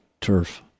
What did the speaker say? Turf